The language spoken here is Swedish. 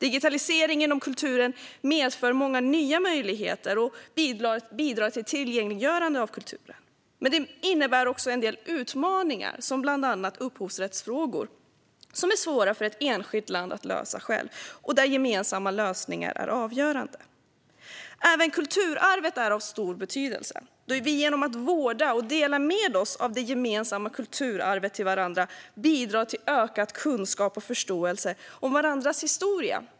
Digitalisering inom kulturen medför många nya möjligheter och bidrar till tillgängliggörande av kulturen, men det innebär också en del utmaningar - bland annat i form av upphovsrättsfrågor - som är svåra för ett enskilt land att lösa på egen hand. Där är gemensamma lösningar avgörande. Även kulturarvet är av stor betydelse då vi genom att vårda och dela med oss till varandra av det gemensamma kulturarvet bidrar till ökad kunskap och förståelse om varandras historia.